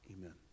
Amen